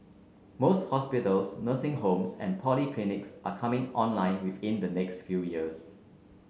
most hospitals nursing homes and polyclinics are coming online within the next few years